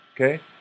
Okay